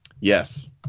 Yes